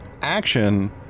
action